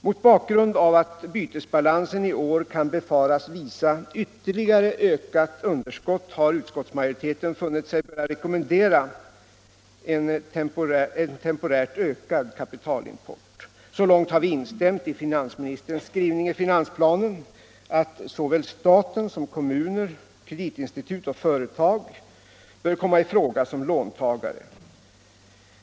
Mot bakgrund av att bytesbalansen i år kan befaras visa ytterligare ökat underskott har utskottsmajoriteten funnit sig böra rekommendera en temporärt ökad kapitalimport. Så långt har vi instämt i finansministerns skrivning i finansplanen, att ”såväl staten som kommuner, kreditinstitut och företag” bör komma i fråga som låntagare.